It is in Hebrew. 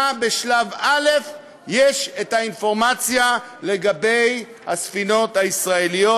בשלב א' יש האינפורמציה לגבי הספינות הישראליות.